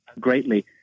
greatly